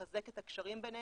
לחזק את הקשרים ביניהם,